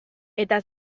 eta